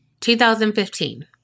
2015